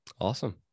Awesome